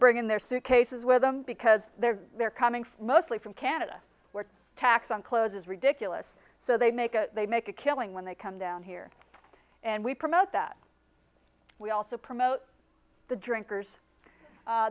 bringing their suitcases with them because they're they're coming from mostly from canada where tax on clothes is ridiculous so they make a they make a killing when they come down here and we promote that we also promote the drinkers